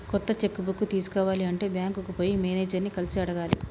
కొత్త cheque book తీసుకోవాలి అంటే బ్యాంకుకు పోయి మేనేజర్ ని కలిసి అడగాలి